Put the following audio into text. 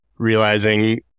realizing